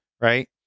Right